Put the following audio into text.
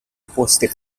poste